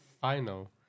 final